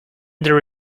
there